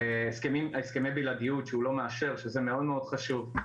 על הסכמי בלעדיות שהוא לא מאשר שזה מאוד מאד חשוב,